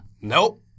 Nope